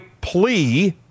plea